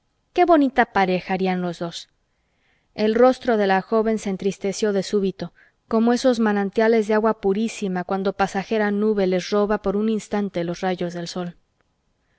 qué bonita pareja harían los dos el rostro de la joven se entristeció de súbito como esos manantiales de agua purísima cuando pasajera nube les roba por un instante los rayos del sol